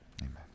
Amen